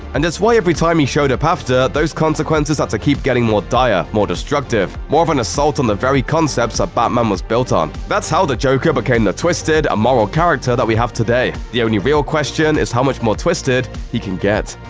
and it's why every time he showed up after, those consequences had ah to keep getting more dire, more destructive, more of an assault on the very concepts that batman was built on. that's how the joker became the twisted, amoral character that we have today. the only real question is how much more twisted he can get.